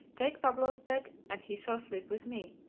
take pablo's bed, and he shall sleep with me.